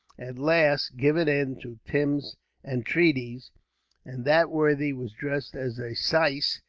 at last, given in to tim's entreaties and that worthy was dressed as a syce,